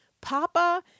Papa